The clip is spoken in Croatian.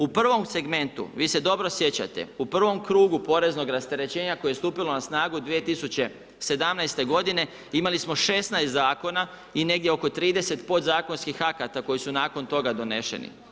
U prvom segmentu, vi se dobro sjećate, u prvom krugu poreznog rasterećenja koje je stupilo na snagu 2017. godine imali smo 16 zakona i negdje oko 30 podzakonskih akata koji su nakon toga doneseni.